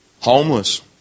Homeless